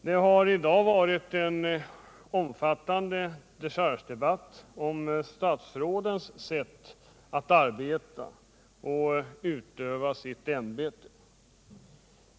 Det har i dag förts en omfattande dechargedebatt om statsrådens sätt att arbeta och utöva sitt ämbete.